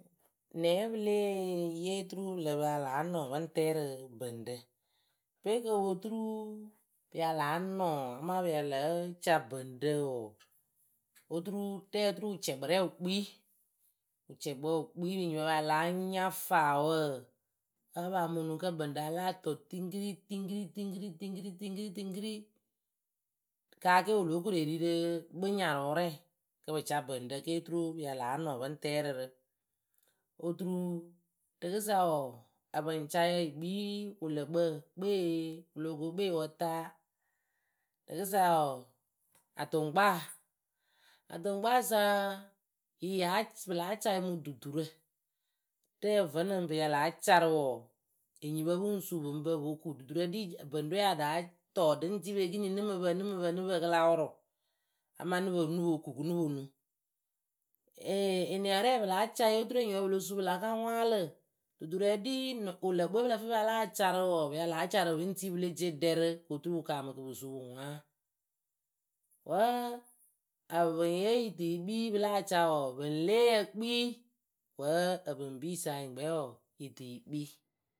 Nɛ ǝǝ pɨ léeh yee turu pɨ lǝ pa a la nɔŋ pɨ ŋ tɛɛ rɨ bɨŋɖǝ? Pe ko po turu pɨ ya láa nɔŋ ama pɨ ya lǝ́ǝ ca bɨŋɖǝ wɔɔ, oturu rɛɛ oturu wɨcɛkpɨrɛ wɨ kpii. Wɨcɛkpǝ wɨ kpii enyipǝ ya láa nya faawǝǝ, áa pa anu nuŋ kǝ́ bɨŋɖǝ a láa tɔɔ tiŋkɨri tiŋkɨri tiŋkɨri tiŋkɨri tiŋkɨri tiŋkɨri Kaa ke wɨ lóo koru eri rɨ kpɨnyarʊrɛ kɨ pɨ ca bɨŋɖǝ ke oturu pɨ ya láa nɔŋ pɨ ŋ tɛɛ rɨ rɨ Oturu rɨkɨsa wɔɔ ǝpɨŋcayǝ yɨ kpii wɨlǝkpǝ kpeee wɨ loh ko kpeewǝ ta. Rɨkɨsa wɔɔ, atʊŋkpaa, atʊŋkpaasaa, Yɨ yáa cɨ pɨ láa ca yɨ mɨ duturǝ. Rɛɛ vǝ́nɨŋ pɨ ya láa ca rɨ wɔɔ, enyipǝ pɨ ŋ suu pɨ ŋ pǝ pɨ po ku. Duturǝ ɖii bɨŋɖɨwe ya ɖáa tɔɔ ɖɨ ŋ tii pɨ ekiniŋ nɨ mɨ pǝ nɨ mɨ pǝ nɨ pǝ kɨ la wʊrʊ ama nɨ pǝ nɨ po ku kɨ nɨ po nuŋ. eniarɛɛ pɨ láa ca yɨ oturu enyipǝ pɨ lo suu pɨ la ka ŋʊaalɨ. Duturǝ ɖii nɔ, wɨlǝkpɨwe pɨ lǝ fɨ pɨ a láa ca rɨ wɔɔ, pɨ ya láa ca rɨ pɨ ŋ tii pɨle dieɖɛ rɨ, ko oturu wɨ kaamɨ kɨ pɨ suu pɨ ŋʊaa. Wǝ́ ǝpɨŋye yɨ tɨ yɨ kpii pɨ láa ca wɔɔ, pɨŋleeyǝ kpii wǝ́ ǝpɨŋbiyɨsa yɨŋkɛ wɔɔ yɨ tɨ yɨ kpii.